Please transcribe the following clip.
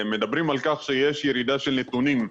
מדברים על כך שיש ירידה של נתונים.